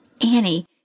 Annie